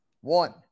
One